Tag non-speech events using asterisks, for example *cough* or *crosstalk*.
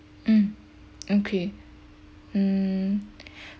mm okay mm *breath*